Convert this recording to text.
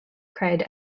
cried